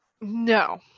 No